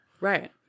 Right